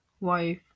wife